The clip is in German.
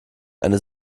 eine